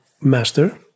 master